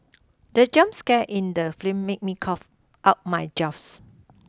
the jump scare in the film made me cough out my juice